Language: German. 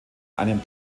einem